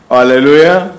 hallelujah